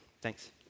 Thanks